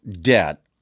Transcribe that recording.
debt